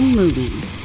movies